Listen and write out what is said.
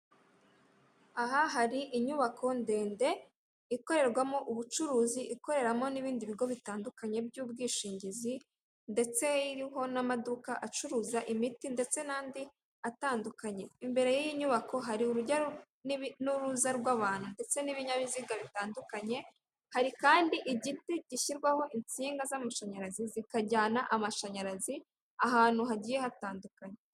Aha hari inyubako ndende, ikorerwamo ubucuruzi ikoreramo n'ibindi bigo bitandukanye by'ubwishingizi, ndets iriho n'amaduka acuruza imiti ndetse n'andi atandukanye imbere y'iyi nyubako hari urujya n'uruza rw'abantu ndetse n'ibinyabiziga bitandukanye, hari kandi igiti gishyirwaho insinga z'amashanyarazi zikajyana amashanyarazi ahantu hagiye hatandukanye.